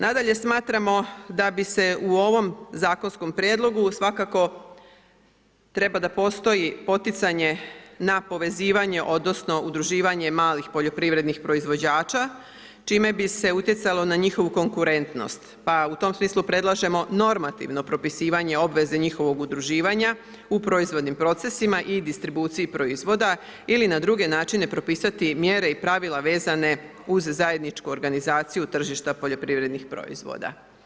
Nadalje, smatramo da bi se u ovom zakonskom prijedlogu svakako trebalo postojati poticanje na povezivanje odnosno udruživanje malih poljoprivrednih proizvođača, čime bi se utjecalo na njihovu konkuretnost, pa u tom smislu predlažemo normativno propisivanje obveze njihovog udruživanja u proizvodnim procesima i distribuciji proizvoda ili na druge načine propisati mjere i pravila vezane uz zajedničku organizaciju tržišta poljoprivrednih proizvoda.